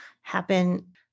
happen